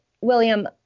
William